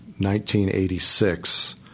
1986